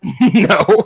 No